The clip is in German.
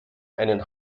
einen